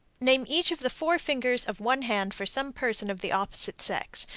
name each of the four fingers of one hand for some person of the opposite sex,